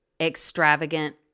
extravagant